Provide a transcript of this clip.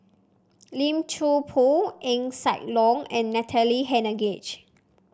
Lim Chuan Poh Eng Siak Loy and Natalie Hennedige